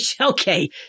okay